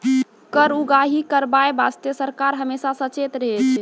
कर उगाही करबाय बासतें सरकार हमेसा सचेत रहै छै